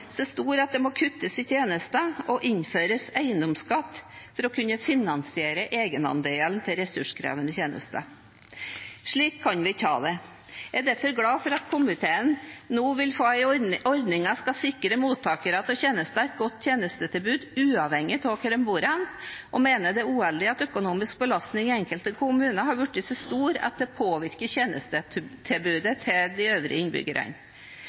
så stor at det må kuttes i tjenester og innføres eiendomsskatt for å kunne finansiere egenandelen til ressurskrevende tjenester. Slik kan vi ikke ha det. Jeg er derfor glad for at komiteen nå vil at ordningen skal sikre mottakerne av tjenesten et godt tjenestetilbud uavhengig av hvor de bor, og mener det er uheldig at den økonomiske belastningen i enkelte kommuner er blitt så stor at det påvirker tjenestetilbudet til øvrige